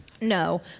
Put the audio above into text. No